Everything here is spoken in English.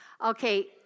Okay